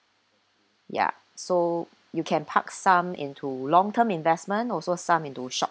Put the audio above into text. ya so you can park some into long term investment also some into short